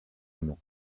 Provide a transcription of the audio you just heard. amand